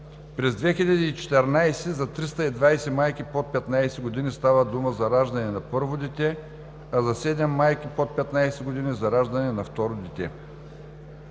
през 2014 г. майките под 15 години са 320. Става дума за раждане на първо дете, а за седем майки под 15 години – за раждане на второ дете.